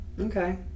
Okay